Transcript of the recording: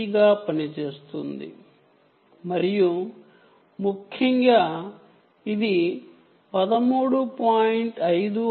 C గా కనిపిస్తుంది మరియు ముఖ్యంగా ఇది 13